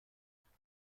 نوشته